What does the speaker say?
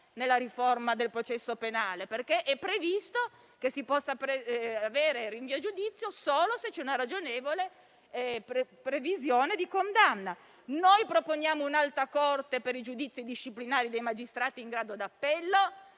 nella riforma del processo penale, perché è previsto che si possa avere un rinvio a giudizio solo in presenza di una ragionevole previsione di condanna. Proponiamo inoltre un'Alta corte per i giudizi disciplinari dei magistrati in grado d'appello.